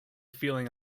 feeling